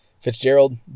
Fitzgerald